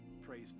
praise